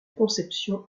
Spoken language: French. conception